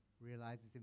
realizes